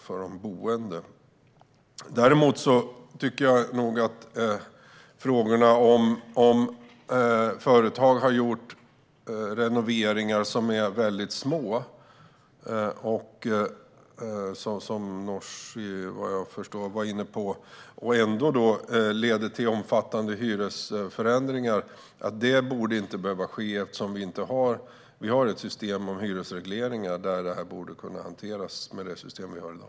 Däremot tycker jag att det som Nooshi vad jag förstår var inne på, nämligen att företag gör renoveringar som är väldigt små men som ändå leder till omfattande hyresförändringar, inte borde behöva ske eftersom vi har ett system med hyresregleringar där detta borde kunna hanteras redan i dag.